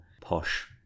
posh